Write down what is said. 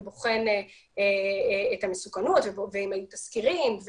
בוחן את המסוכנות ואם היו תזכירים,